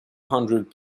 hundred